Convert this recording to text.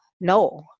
no